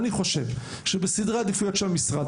אני חושב שבסדרי עדיפויות של המשרד,